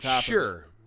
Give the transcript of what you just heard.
Sure